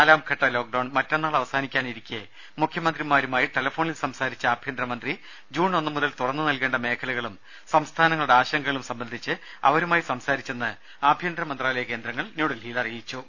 നാലാംഘട്ട ലോക്ഡൌൺ മറ്റന്നാൾ അവസാനിക്കാനിരിക്കെ മുഖ്യമന്ത്രിമാരുമായി ടെലഫോണിൽ സംസാരിച്ച ആഭ്യന്തരമന്ത്രി ജൂൺ ഒന്നുമുതൽ തുറന്ന് നൽകേണ്ട മേഖലകളും സംസ്ഥാനങ്ങളുടെ ആശങ്കകളും സംബന്ധിച്ച് അവരുമായി സംസാരിച്ചെന്ന് ആഭ്യന്തര മന്ത്രാലയ കേന്ദ്രങ്ങൾ ന്യൂഡൽഹിയിൽ അറിയിച്ചു